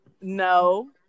No